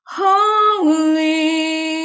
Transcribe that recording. holy